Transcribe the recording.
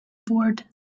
bored